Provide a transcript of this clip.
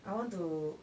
I want to